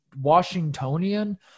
Washingtonian